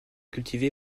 cultivé